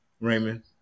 Raymond